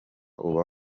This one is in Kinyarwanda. uba